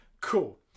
Cool